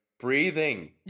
breathing